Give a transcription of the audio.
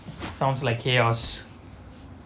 sounds like chaos